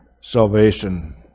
salvation